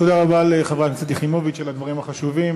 תודה רבה לחברת הכנסת יחימוביץ על הדברים החשובים.